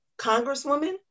Congresswoman